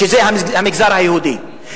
שזה המגזר היהודי,